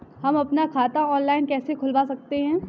हम अपना खाता ऑनलाइन कैसे खुलवा सकते हैं?